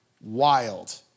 Wild